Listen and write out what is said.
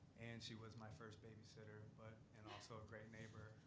and she was my first babysitter, but and also a great neighbor,